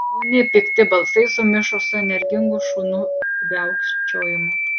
jauni pikti balsai sumišo su energingu šunų viaukčiojimu